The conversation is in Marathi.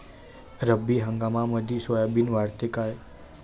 रब्बी हंगामामंदी सोयाबीन वाढते काय?